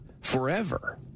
forever